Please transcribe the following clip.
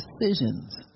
decisions